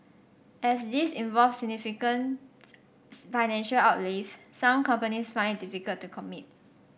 as these involve significant financial outlays some companies find it difficult to commit